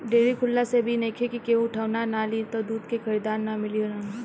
dairy खुलला से अब इ नइखे कि केहू उठवाना ना लि त दूध के खरीदार ना मिली हन